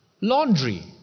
laundry